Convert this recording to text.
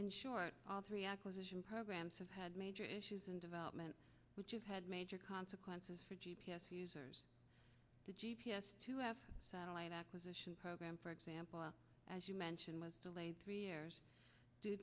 and sure all three acquisition programs have had major issues in development which is had major consequences for g p s users the g p s to have satellite acquisition program for example as you mentioned was delayed three years due